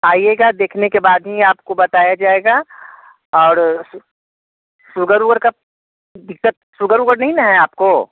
आइएगा देखने के बाद ही आपको बताया जाएगा और सुगर उगर का दिक्कत सुगर उगर नहीं न है आपको